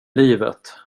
livet